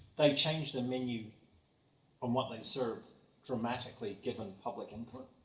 they change the menu from what they serve dramatically given public input.